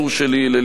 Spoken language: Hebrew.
ללילך שלי,